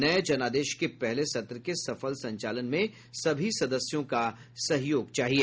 नये जनादेश के पहले सत्र के सफल संचालन में सभी सदस्यों का सहयोग चाहिए